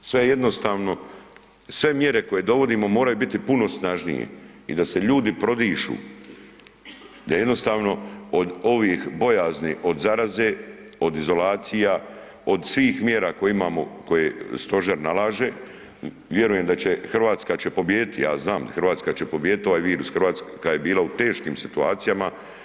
Sve jednostavno, sve mjere koje dovodimo moraju biti puno snažnije i da se ljudi prodišu, da jednostavno od ovih bojazni, od zaraze, od izolacija, od svih mjera koje imamo, koje stožer nalaže, vjerujem da će, RH će pobijediti, ja znam RH će pobijedit ovaj virus, RH je bila u teških situacijama.